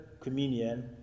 communion